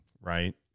right